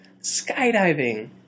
skydiving